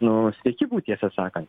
nu sveiki būt tiesą sakant